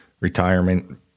Retirement